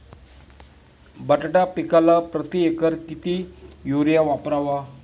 बटाटा पिकाला प्रती एकर किती युरिया वापरावा?